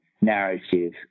narrative